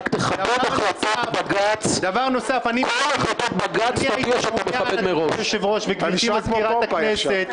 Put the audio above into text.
רק תודיעו מראש שאתם מכבדים כל החלטה של בג"ץ.